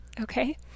okay